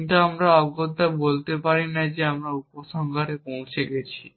কিন্তু আমরা অগত্যা বলতে পারি না যে আমরা উপসংহারে পৌঁছে গেছি